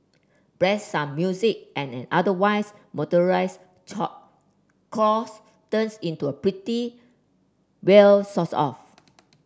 blast some music and an otherwise monotonous chore cores turns into a pretty well sorts of